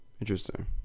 Interesting